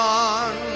on